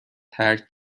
ترک